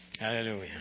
hallelujah